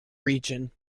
region